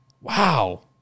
Wow